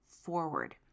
forward